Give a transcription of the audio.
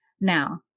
Now